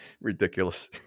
Ridiculous